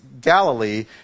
Galilee